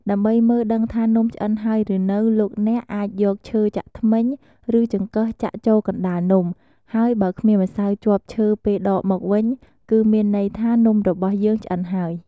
ដើម្បីមើលដឹងថានំឆ្អិនហើយឬនៅ លោកអ្នកអាចយកឈើចាក់ធ្មេញ ឬចង្កឹះចាក់ចូលកណ្ដាលនំ ហើយបើគ្មានម្សៅជាប់ឈើពេលដកមកវិញ គឺមានន័យថា នំរបស់យើងឆ្អិនហើយ។